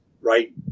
right